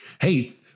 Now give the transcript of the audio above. Hey